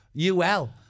UL